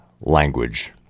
language